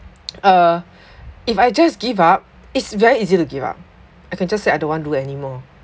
uh if I just give up it's very easy to give up I can just say I don't want to do anymore